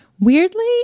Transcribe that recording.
Weirdly